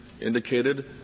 indicated